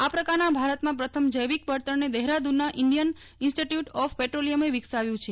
આ પ્રકારના ભારતમાં પ્રથમ જૈવિક બળતણને દહેરાદૂનના ઇન્ડિયાન ઇન્સ્ટીટયુટ ઓફ પેટ્રોલિયમે વિકસાવ્યું છે